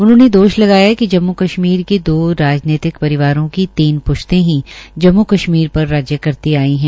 उन्होंने दोष लगया कि जम्मू कशमीर के दो राजनीतिक परिवारों की तीन पृश्ते ही जम्मू कश्मीर पर राज्य करती आई है